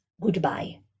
goodbye